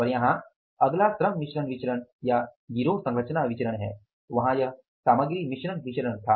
और यहाँ अगला श्रम मिश्रण विचरण या गिरोह संरचना विचरण है वहाँ यह सामग्री मिश्रण विचरण था